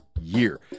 year